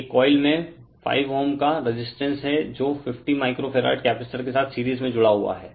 एक कोइल में 5Ω का रेजिस्टेंस हैं जो 50 माइक्रो फैरड कपैसिटर के साथ सीरीज में जुड़ा हुआ हैं